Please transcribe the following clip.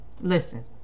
listen